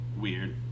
weird